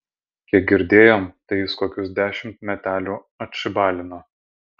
kiek girdėjom tai jis kokius dešimt metelių atšybalino